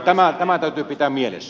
minusta tämä täytyy pitää mielessä